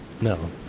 No